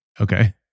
Okay